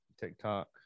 TikTok